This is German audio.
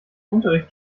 unterricht